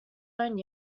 own